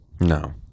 No